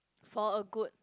for a good